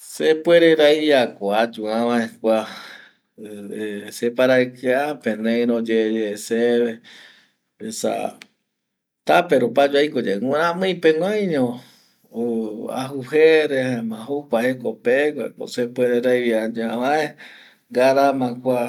Sepuere raivia ko ayu avae kua eh separaika pe, neiro yeye seve esa tape rupi ayu aiko yae miramii peguaño o ajujere jaema jokua jekopegua ko sepuere raivia ayu avae ngarama kua